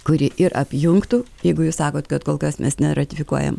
kuri ir apjungtų jeigu jūs sakot kad kol kas mes neratifikuojam